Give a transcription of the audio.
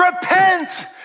repent